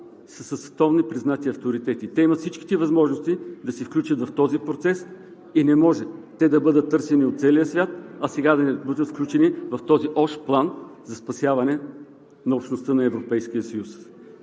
са световно признати авторитети. Те имат всичките възможности да се включат в този процес и не може да бъдат търсени от целия свят, а сега да не бъдат включени в този общ план за спасяване на общността на Европейския съюз.